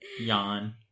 Yawn